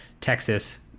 Texas